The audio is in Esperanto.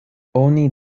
oni